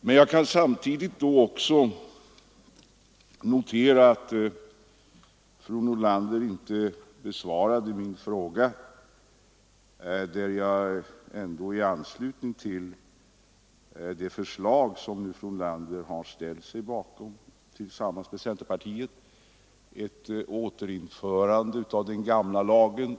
Men jag kan samtidigt konstatera att fru Nordlander inte besvarat min fråga i anslutning till att hon tillsammans med centerpartiet har ställt sig bakom kravet på ett återinförande av den gamla lagen.